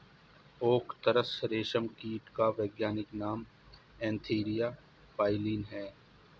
okay तसर रेशम कीट का वैज्ञानिक नाम एन्थीरिया प्राइलीन है